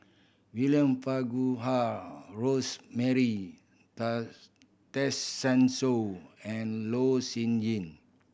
William Farquhar Rosemary Tessensohn and Loh Sin Yun